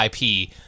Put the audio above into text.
ip